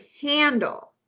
handle